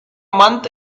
month